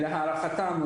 להערכתם,